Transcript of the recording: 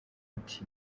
ati